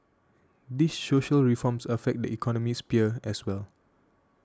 these social reforms affect the economic sphere as well